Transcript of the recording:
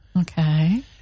Okay